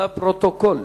לפרוטוקול.